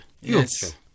Yes